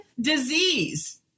disease